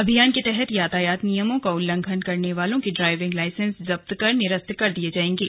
अभियान के तहत यातायात नियमों का उल्लंघन करने वालों के ड्राइविंग लाइसेंस जब्त कर निरस्त किये जाएंगे